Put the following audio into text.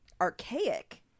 archaic